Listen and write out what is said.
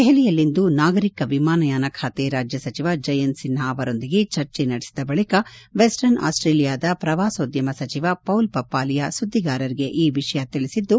ದೆಹಲಿಯಲ್ಲಿಂದು ನಾಗರಿಕ ವಿಮಾನಯಾನ ಖಾತೆ ರಾಜ್ಯ ಸಚಿವ ಜಯಂತ್ ಸಿನ್ಹ ಅವರೊಂದಿಗೆ ಚರ್ಚೆ ನಡೆಸಿದ ಬಳಿಕ ವೆಸ್ಟರ್ನ್ ಆಸ್ಟೇಲಿಯಾದ ಪ್ರವಾಸೋದ್ಯಮ ಸಚಿವ ಪೌಲ್ ಪಪ್ಪಾಲಿಯಾ ಸುದ್ದಿಗಾರರಿಗೆ ಈ ವಿಷಯ ತಿಳಿಸಿದ್ದು